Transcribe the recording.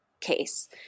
case